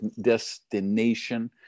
destination